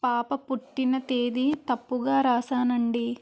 పాప పుట్టిన తేదీ తప్పుగా రాసానండి